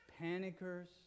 panickers